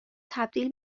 تبدیل